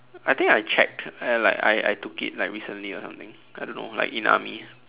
I think I checked I like I I took it like recently or something I don't know like in army